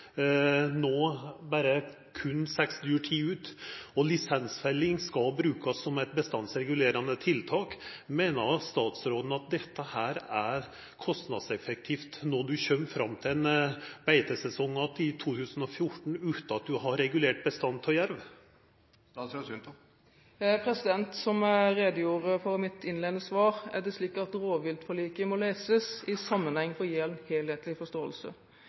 seks dyr. Lisensfelling skal brukast som eit bestandsregulerande tiltak. Meiner statsråden at det er kostnadseffektivt at beitesesongen 2014 kjem utan at ein har regulert bestanden av jerv? Som jeg redegjorde for i mitt innledende svar, må rovviltforliket leses i sammenheng for å gi en helhetlig forståelse.